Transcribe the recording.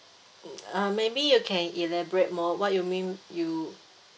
uh maybe you can elaborate more what you mean you